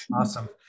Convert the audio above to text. Awesome